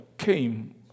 Came